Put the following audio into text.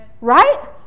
Right